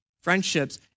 friendships